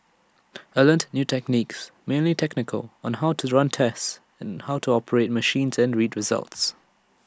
I learnt new techniques mainly technical on how to run tests how to operate machines and read results